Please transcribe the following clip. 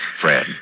Fred